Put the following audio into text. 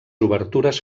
obertures